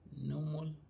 normal